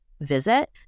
visit